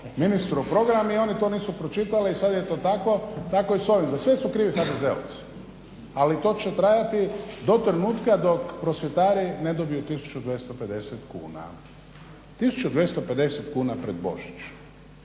ministru program i oni to nisu pročitali i sad je to tako. Tako i s ovim, za sve su krivi HDZ-ovci. Ali to će trajati do trenutka dok prosvjetari ne dobiju 1250 kuna. 1250 kuna pred Božić